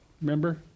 remember